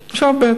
עכשיו, ב.